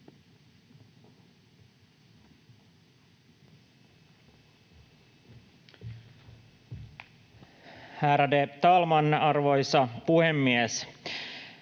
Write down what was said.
Ärade talman, arvoisa puhemies!